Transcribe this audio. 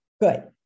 good